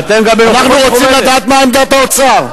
אנחנו רוצים לדעת מה עמדת האוצר.